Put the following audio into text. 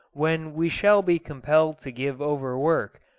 when we shall be compelled to give over work,